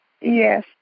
Yes